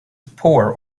poor